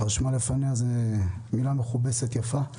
רשמה לפניה זאת מילה מכובסת יפה.